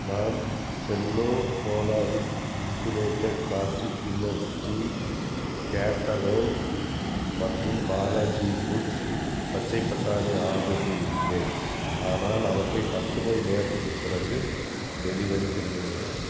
நான் Cello Solaris insulated plastic inner steel casserole மற்றும் Balaji foods பச்சைப் பட்டாணி ஆர்டர் செய்திருக்கிறேன் ஆனால் அவற்றை பத்து மணி நேரத்துக்குப் பிறகு டெலிவரி செய்யவும்